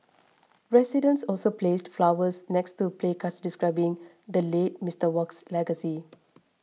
residents also placed flowers next to placards describing the late Mister Wok's legacy